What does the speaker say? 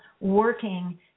working